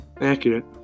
accurate